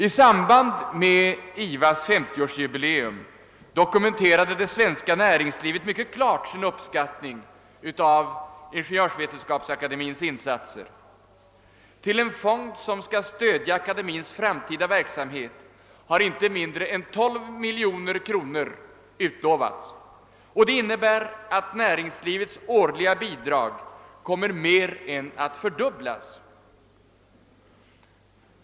I samband med IVA:s 50-årsjubileum dokumenterade det svenska näringslivet mycket klart sin uppskattning av IVA:s insatser. Till en fond som skall stödja akademins framtida verksamhet har inte mindre än 12 miljoner kronor utlovats. Detta innebär att näringslivets årliga bidrag kommer att mer än fördubblas.